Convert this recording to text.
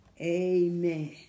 Amen